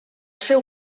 seu